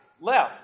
left